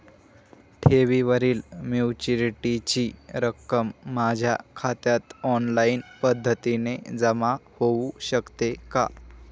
ठेवीवरील मॅच्युरिटीची रक्कम माझ्या खात्यात ऑनलाईन पद्धतीने जमा होऊ शकते का?